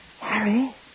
Harry